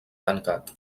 tancat